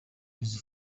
izi